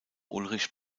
ulrich